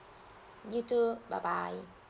you too bye bye